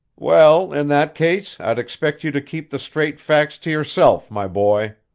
well, in that case, i'd expect you to keep the straight facts to yourself, my boy.